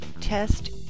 Test